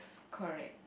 correct